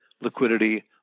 liquidity